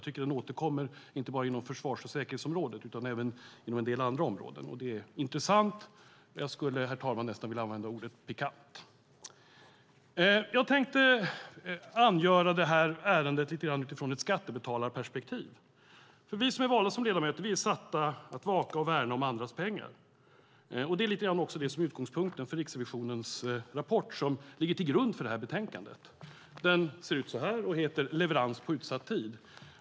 Det märks inte bara på försvars och säkerhetsområdet utan även på en del andra områden. Det är som sagt intressant, ja, nästan pikant, herr talman. Jag tänkte angöra detta ärende utifrån ett skattebetalarperspektiv. Vi som är valda till ledamöter är satta att vaka och värna andras pengar. Det är också utgångspunkten för Riksrevisionens rapport som ligger till grund för betänkandet. Den heter Leverans på utsatt tid?